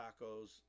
tacos